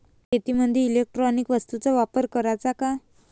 शेतीमंदी इलेक्ट्रॉनिक वस्तूचा वापर कराचा का?